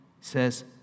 says